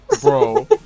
bro